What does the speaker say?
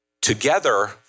together